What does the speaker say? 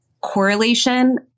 correlation